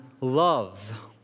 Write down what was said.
love